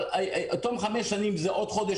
אבל בתחום חמש שנים אם זה עוד חודש,